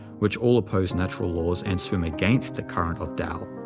which all oppose natural laws and swim against the current of tao.